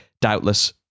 doubtless